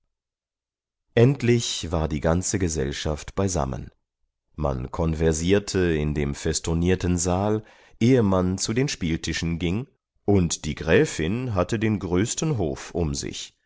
endlich war die ganze gesellschaft beisammen man konversierte in dem festonierten saal ehe man zu den spieltischen ging und die gräfin hatte den größten hof um sich